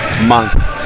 month